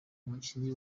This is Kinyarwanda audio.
mukinyi